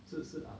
就是 ah